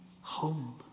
home